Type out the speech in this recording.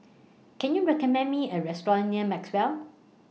Can YOU recommend Me A Restaurant near Maxwell